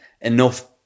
enough